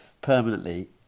permanently